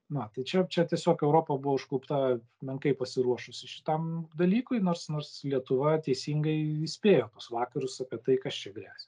na tai čia čia tiesiog europa buvo užklupta menkai pasiruošusi šitam dalykui nors nors lietuva teisingai įspėjo vakarus apie tai kas čia gresia